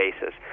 basis